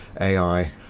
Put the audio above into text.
AI